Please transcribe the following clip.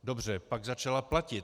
Dobře, pak začala platit.